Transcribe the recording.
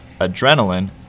adrenaline